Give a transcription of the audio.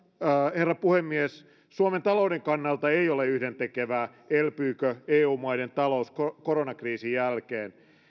herra puhemies suomen talouden kannalta ei ole yhdentekevää elpyykö eu maiden talous koronakriisin jälkeen